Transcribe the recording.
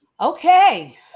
Okay